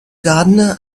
gardener